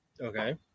Okay